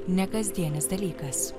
nekasdienis dalykas